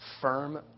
firm